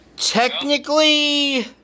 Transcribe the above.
Technically